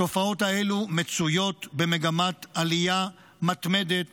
התופעות האלה מצויות במגמת עלייה מתמדת